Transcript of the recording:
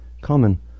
common